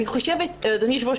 אדוני היושב-ראש,